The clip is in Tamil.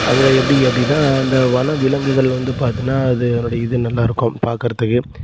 அங்கே எப்படி அப்படின்னா அந்த வனவிலங்குகள் வந்து பார்த்தீகன்னா அதனுடைய இது நல்லாயிருக்கும் பார்க்கறதுக்கு